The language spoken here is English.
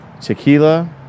tequila